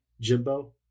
jimbo